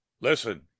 listen